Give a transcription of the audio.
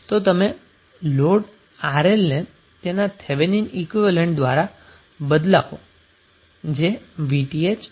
તો તમે load RL ને તેના થેવેનિન ઈક્વીવેલેન્ટ દ્વારા બદલાવો જે VTh અને Rth છે